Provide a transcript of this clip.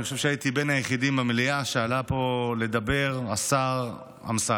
אני חושב שהייתי בין היחידים במליאה כשעלה לדבר השר אמסלם.